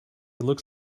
looks